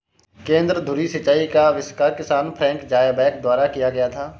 केंद्र धुरी सिंचाई का आविष्कार किसान फ्रैंक ज़ायबैक द्वारा किया गया था